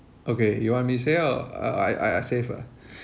okay you want me say or I I I say fir~